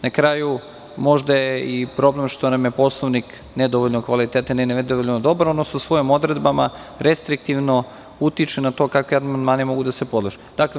Na kraju, možda je i problem što nam je Poslovnik nedovoljno kvalitetan i nedovoljno dobar, odnosno svojim odredbama restriktivno utiče na to kakvi amandmani mogu da se podnose.